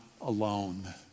alone